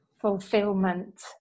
fulfillment